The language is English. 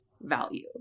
value